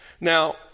Now